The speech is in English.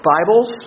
Bibles